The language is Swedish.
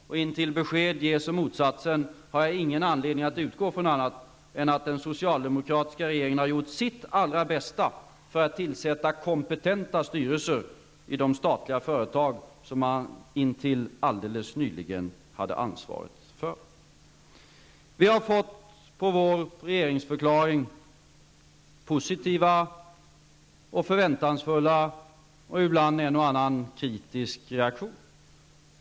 Till dess att besked ges om motsatsen har jag ingen anledning att utgå från annat än att den socialdemokratiska regeringen har gjort sitt allra bästa för att tillsätta kompetenta styrelser i de statliga företag man fram till alldeles nyligen hade ansvaret för. Vi har på vår regeringsförklaring fått positiva, förväntansfulla och ibland en och annan kritisk reaktion.